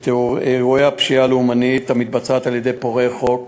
את אירועי הפשיעה הלאומנית המתבצעת על-ידי פורעי חוק